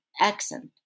accent